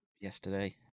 yesterday